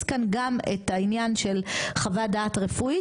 כאן גם את העניין של חוות דעת רפואית,